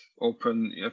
open